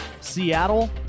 Seattle